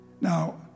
Now